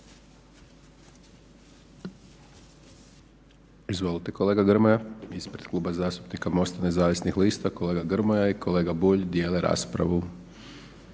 Izvolite kolega Grmoja ispred Kluba zastupnika MOST-a nezavisnih lista kolega Grmoja i kolega Bulj dijele raspravu